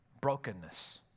brokenness